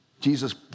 Jesus